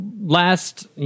last